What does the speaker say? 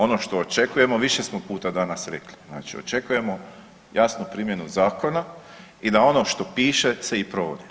Ono što očekujemo više smo puta danas rekli, znači očekujemo jasnu primjenu zakona i da ono što piše se i provodi.